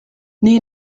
nii